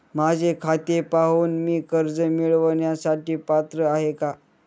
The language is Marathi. माझे खाते पाहून मी कर्ज मिळवण्यास पात्र आहे काय?